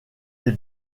les